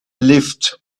lived